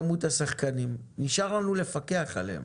כמות השחקנים, נשאר לנו לפקח עליהם,